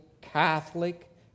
Catholic